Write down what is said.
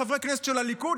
לחברי כנסת של הליכוד?